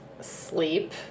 sleep